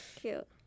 cute